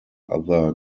other